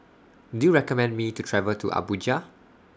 Do YOU recommend Me to travel to Abuja